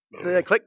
Click